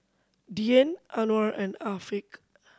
Dian Anuar and Afiq